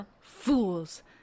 Fools